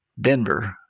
Denver